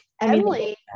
Emily